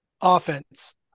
offense